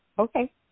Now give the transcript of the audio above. Okay